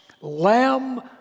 Lamb